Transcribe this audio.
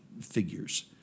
figures